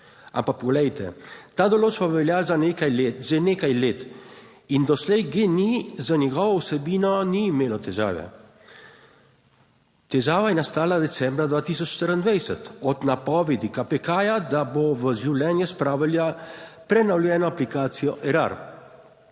za nekaj let, že nekaj let in doslej GEN-I z njegovo vsebino ni imelo težave. Težava je nastala decembra 2024 od napovedi KPK-ja, da bo v življenje spravila prenovljeno aplikacijo Erar.